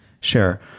share